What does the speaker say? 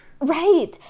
Right